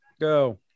go